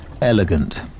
elegant